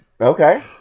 okay